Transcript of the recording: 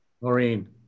Maureen